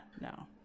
no